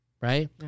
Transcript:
Right